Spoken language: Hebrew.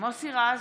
מוסי רז,